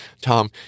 Tom